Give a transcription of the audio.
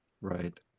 right